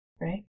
Right